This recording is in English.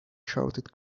shouted